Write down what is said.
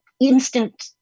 instant